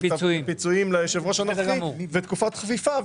הפיצויים ליושב-ראש הנוכחי ותקופת חפיפה,